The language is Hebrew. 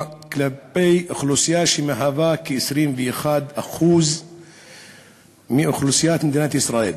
כלפי אוכלוסייה שהיא כ-21% מאוכלוסיית מדינת ישראל,